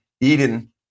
Eden